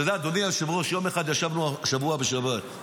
אתה יודע, אדוני היושב-ראש, ישבנו השבוע בשבת,